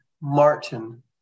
Martin